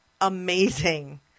amazing